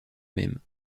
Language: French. même